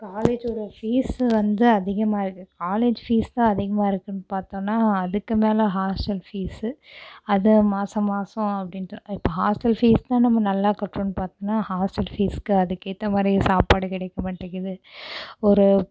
காலேஜோடய fees வந்து அதிகமாக இருக்குது காலேஜ் ஃபீஸ்தான் அதிகமாக இருக்குன்னு பார்த்தோன்னா அதுக்கு மேலே ஹாஸ்டல் ஃபீஸு அதை மாதமாதம் அப்படின்ட்டு இப்போ ஹாஸ்டல் ஃபீஸ்தான் நம்ம நல்லா கட்டுறோன்னு பார்த்தோனா ஹாஸ்டல் ஃபீஸுக்கு அதுக்கு ஏற்ற மாதிரி சாப்பாடு கிடைக்க மாட்டேங்கிது ஒரு